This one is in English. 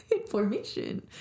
information